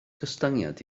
gostyngiad